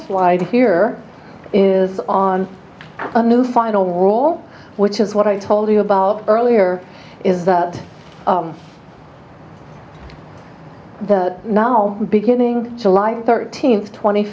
slide here is on a new final rule which is what i told you about earlier is that the now beginning july thirteenth tw